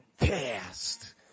past